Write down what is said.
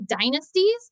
dynasties